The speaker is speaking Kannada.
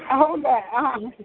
ಹೌದಾ ಹಾಂ ಹಾಂ